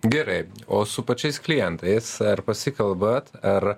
gerai o su pačiais klientais ar pasikalbat ar